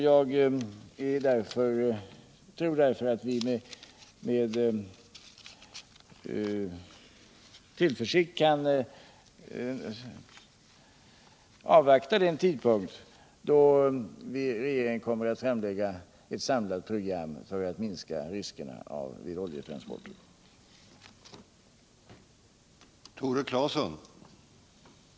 Jag tror därför att vi med tillförsikt kan avvakta den tidpunkt då regeringen kommer att framlägga förslag till ett samlat program för att minska riskerna vid oljetransporter. Om säkrare sjötransporter av olja